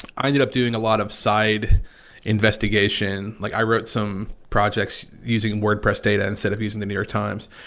i ended up doing a lot of side investigation. like i wrote some projects using wordpress data instead of using the new york times.